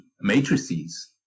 matrices